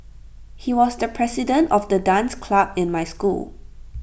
he was the president of the dance club in my school